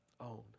own